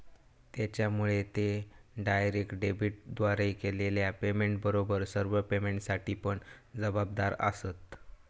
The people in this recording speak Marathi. त्येच्यामुळे ते डायरेक्ट डेबिटद्वारे केलेल्या पेमेंटबरोबर सर्व पेमेंटसाठी पण जबाबदार आसंत